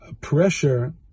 pressure